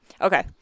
Okay